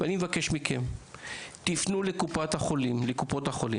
אני מבקש שתפנו לקופות החולים